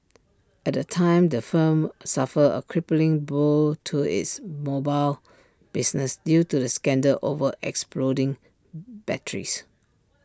at the time the firm suffered A crippling blow to its mobile business due to the scandal over exploding batteries